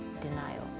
denial